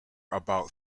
about